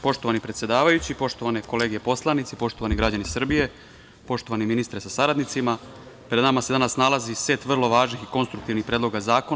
Poštovani predsedavajući, poštovane kolege poslanici, poštovani građani Srbije, poštovani ministre sa saradnicima, pred nama se danas nalazi set vrlo važnih i konstruktivnih predloga zakona.